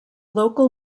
local